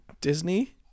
Disney